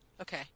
Okay